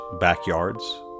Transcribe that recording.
backyards